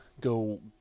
Go